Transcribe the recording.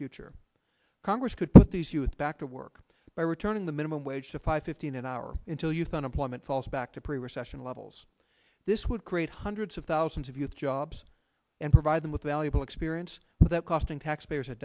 future congress could put these youth back to work by returning the minimum wage to five fifteen an hour until youth unemployment falls back to pre recession levels this would create hundreds of thousands of youth jobs and provide them with valuable experience without costing taxpayers a